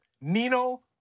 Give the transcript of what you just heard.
Nino